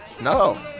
No